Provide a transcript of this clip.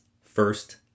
First